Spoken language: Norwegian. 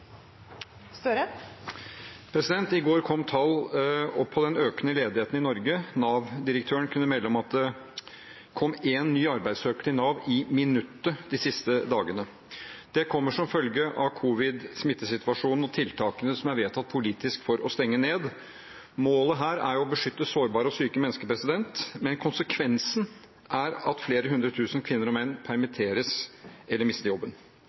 I går kom tall på den økende ledigheten i Norge. Nav-direktøren kunne melde om at det kom én ny arbeidssøker i minuttet til Nav de siste dagene. Det kommer som følge av covid-19-smittesituasjonen og tiltakene som er vedtatt politisk for å stenge ned. Målet her er å beskytte sårbare og syke mennesker, men konsekvensen er at flere hundre tusen kvinner og menn permitteres, eller mister jobben.